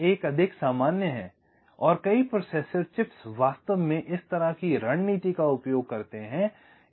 दूसरा एक अधिक सामान्य है और कई प्रोसेसर चिप्स वास्तव में इस तरह की रणनीति का उपयोग करते हैं